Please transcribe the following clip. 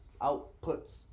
outputs